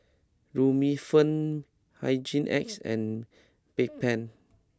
Remifemin Hygin X and Bedpans